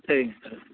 சரிங்க சார்